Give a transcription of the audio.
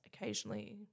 occasionally